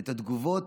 ואת התגובות,